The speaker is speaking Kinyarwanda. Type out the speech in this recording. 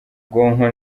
ubwonko